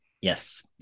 Yes